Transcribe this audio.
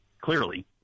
clearly